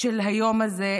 של היום הזה,